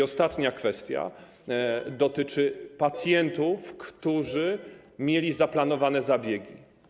Ostatnia kwestia dotyczy pacjentów, którzy mieli zaplanowane zabiegi.